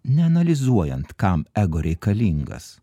neanalizuojant kam ego reikalingas